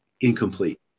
incomplete